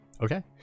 Okay